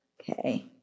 Okay